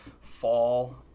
fall